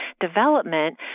development